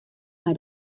mei